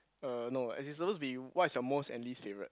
uh no as in it's suppose to be what's your most and least favourite